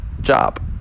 job